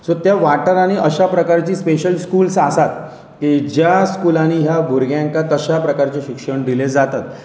so त्या वाठारांनी अशा प्रकारची स्पेशल स्कुल्स आसात की ज्या स्कुलांनी ह्या भुरग्यांक तशा प्रकारचें शिक्षण दिले जातात